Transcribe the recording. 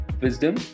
wisdom